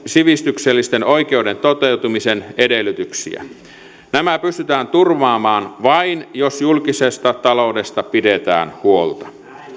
sivistyksellisten oikeuksien toteutumisen edellytyksiä nämä pystytään turvaamaan vain jos julkisesta taloudesta pidetään huolta